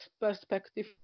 perspective